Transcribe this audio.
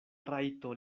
rajto